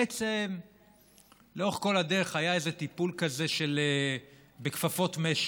בעצם לאורך כל הדרך היה איזה טיפול כזה בכפפות משי.